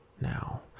Now